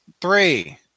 three